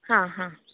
हां हां